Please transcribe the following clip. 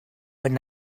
would